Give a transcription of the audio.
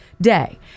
day